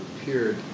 appeared